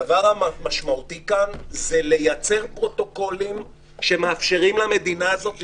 הדבר המשמעותי פה הוא לייצר פרוטוקולים שמאפשרים למדינה הזאת לחיות.